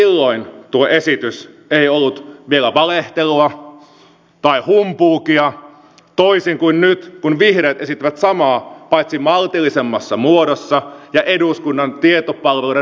miten silloin tuo esitys ei ollut vielä valehtelua tai humpuukia toisin kuin nyt kun vihreät esittävät samaa paitsi maltillisemmassa muodossa ja eduskunnan tietopalveluiden laskelmien kautta